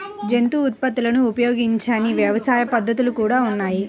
జంతు ఉత్పత్తులను ఉపయోగించని వ్యవసాయ పద్ధతులు కూడా ఉన్నాయి